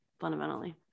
fundamentally